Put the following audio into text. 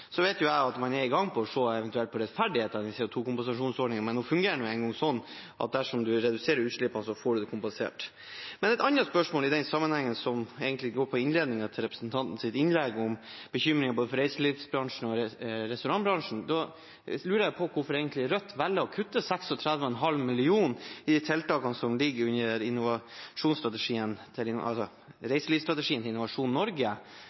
Så vet jeg at man er i gang med eventuelt å se på rettferdigheten i CO 2 -kompensasjonsordningen, men den fungerer nå sånn at dersom man reduserer utslippene, får man det kompensert. Et annet spørsmål i den sammenhengen, som egentlig går på innledningen i representantens innlegg, om bekymring for både reiselivsbransjen og restaurantbransjen, er: Jeg lurer på hvorfor Rødt egentlig velger å kutte 36,5 mill. kr i de tiltakene som ligger under reiselivsstrategien til